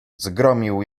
zgromił